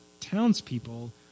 townspeople